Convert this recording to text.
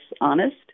honest